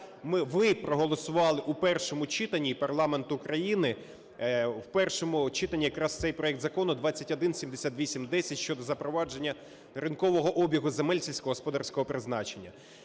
ви проголосували у першому читанні, і парламент України в першому читанні якраз цей проект закону 2178-10 щодо запровадження ринкового обігу земель сільськогосподарського призначення.